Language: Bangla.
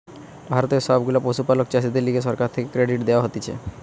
ভারতের সব গুলা পশুপালক চাষীদের লিগে সরকার থেকে ক্রেডিট দেওয়া হতিছে